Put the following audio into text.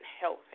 health